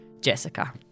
Jessica